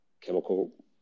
chemical